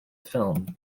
film